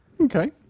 Okay